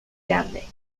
grande